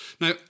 Now